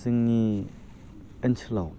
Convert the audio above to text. जोंनि ओनसोलाव